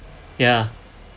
ya